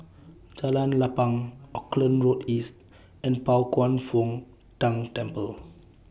Jalan Lapang Auckland Road East and Pao Kwan Foh Tang Temple